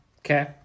Okay